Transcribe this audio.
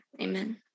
amen